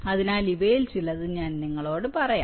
അതിനാൽ ഇവയിൽ ചിലത് ഞാൻ നിങ്ങളോട് പറയാം